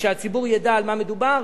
ושהציבור ידע על מה מדובר,